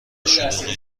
شلوغی